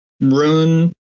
Rune